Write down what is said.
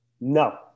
No